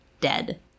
dead